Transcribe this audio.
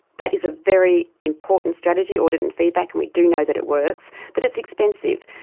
that is a very important strategy, audit and feedback, and we do know that it works, but it's expensive.